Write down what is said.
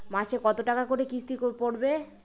মাসে কত টাকা করে কিস্তি পড়বে?